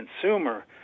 consumer